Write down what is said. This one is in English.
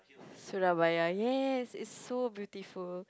Surabaya yes it's so beautiful